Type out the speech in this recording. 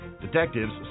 Detectives